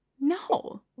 No